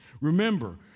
Remember